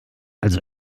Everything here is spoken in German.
also